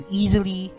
easily